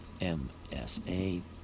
MSA